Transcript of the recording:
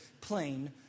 plain